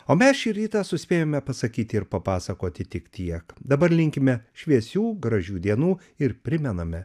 o mes šį rytą suspėjome pasakyti ir papasakoti tik tiek dabar linkime šviesių gražių dienų ir primename